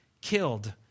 killed